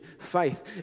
faith